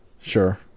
Sure